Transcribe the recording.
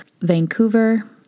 Vancouver